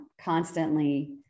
constantly